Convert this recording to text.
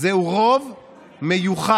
זהו רוב מיוחד,